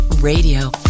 Radio